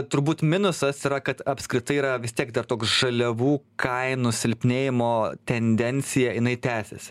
turbūt minusas yra kad apskritai yra vis tiek dar toks žaliavų kainų silpnėjimo tendencija jinai tęsiasi